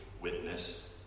witness